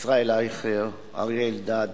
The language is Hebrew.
ישראל אייכלר, אריה אלדד,